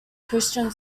christian